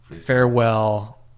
Farewell